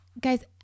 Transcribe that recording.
guys